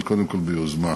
אבל קודם כול יוזמה.